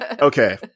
Okay